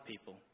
people